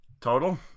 Total